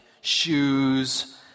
shoes